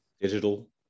Digital